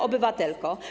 Obywatelko!